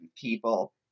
people